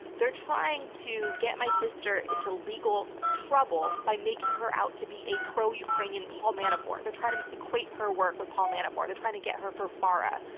they're trying to get my sister into legal trouble by making her out to be a pro-ukrainian paul manafort. they're trying to equate her work with paul manafort, they're trying to get her for fara,